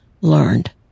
learned